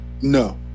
No